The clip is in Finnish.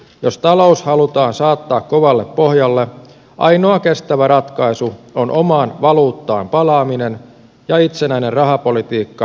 jos talous halutaan saattaa kovalle pohjalle ainoa kestävä ratkaisu on omaan valuuttaan palaaminen ja itsenäinen rahapolitiikka europakkopaidan sijaan